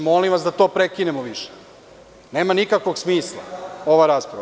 Molim vas da to prekinemo više, jer nema nikakvog smisla ova rasprava.